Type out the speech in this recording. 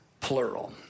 plural